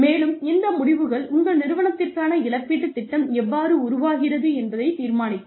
மேலும் இந்த முடிவுகள் உங்கள் நிறுவனத்திற்கான இழப்பீட்டுத் திட்டம் எவ்வாறு உருவாகிறது என்பதைத் தீர்மானிக்கும்